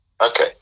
Okay